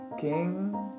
King